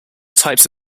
types